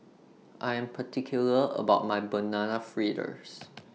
I Am particular about My Banana Fritters